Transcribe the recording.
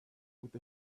with